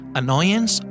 annoyance